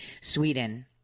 Sweden